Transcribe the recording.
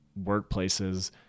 workplaces